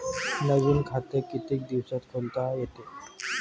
नवीन खात कितीक दिसात खोलता येते?